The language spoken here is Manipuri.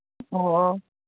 ꯑꯣ ꯑꯣ